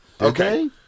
Okay